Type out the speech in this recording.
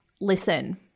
listen